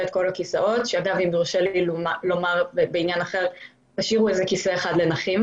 את כל הכיסאות ואם יורשה לי לבקש שתשאירו כיסא לנכים